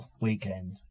weekend